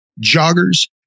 joggers